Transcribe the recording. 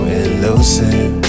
elusive